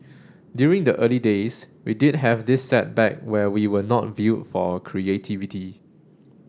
during the early days we did have this setback where we were not viewed for our creativity